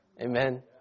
Amen